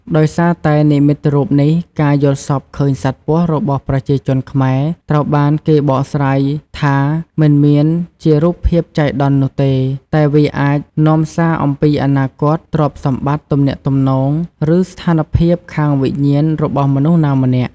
ដោយសារតែនិមិត្តរូបនេះ ការយល់សប្តិឃើញសត្វពស់របស់ប្រជាជនខ្មែរត្រូវបានគេបកស្រាយថា មិនមានជារូបភាពចៃដន្យនោះទេ តែវាអាចនាំសារអំពីអនាគត ទ្រព្យសម្បត្តិ ទំនាក់ទំនង ឬស្ថានភាពខាងវិញ្ញាណរបស់មនុស្សណាម្នាក់។